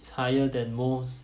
it's higher than most